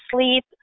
sleep